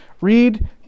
Read